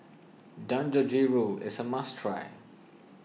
Dangojiru is a must try